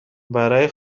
برای